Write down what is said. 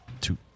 Two